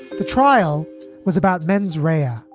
the trial was about mens rea. um